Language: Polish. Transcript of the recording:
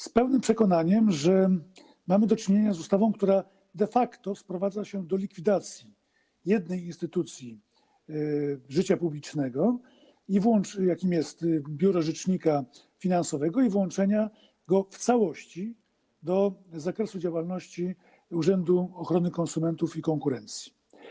Z pełnym przekonaniem stwierdzam, że mamy do czynienia z ustawą, która de facto sprowadza się do likwidacji jednej instytucji życia publicznego, jaką jest biuro rzecznika finansowego, i włączenia jej zadań w całości do zakresu działania Urzędu Ochrony Konsumentów i Konkurencji.